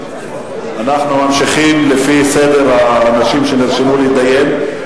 אנחנו ממשיכים לפי סדר האנשים שנרשמו להסתייג.